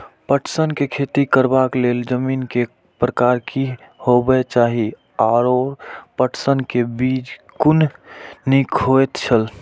पटसन के खेती करबाक लेल जमीन के प्रकार की होबेय चाही आओर पटसन के बीज कुन निक होऐत छल?